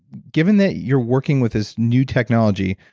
given that you're working with this new technology,